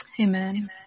Amen